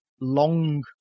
long